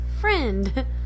Friend